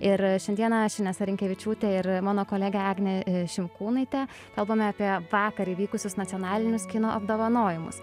ir šiandieną aš inesa rinkevičiūtė ir mano kolegė agnė šimkūnaitė kalbame apie vakar įvykusius nacionalinius kino apdovanojimus